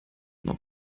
noch